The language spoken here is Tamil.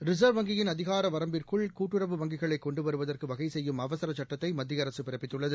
ரிச்வ் வஙகியின் அதிகாரவரம்பிற்குள் கூட்டுறவு வங்கிகளைகொண்டுவருவதற்குவகைசெய்யும் அவசரசட்டத்தைமத்திய அரசுபிறப்பித்துள்ளது